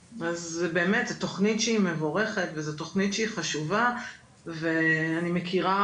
באמת זו תוכנית שהיא מבורכת וזו תוכנית שהיא חשובה ואני מכירה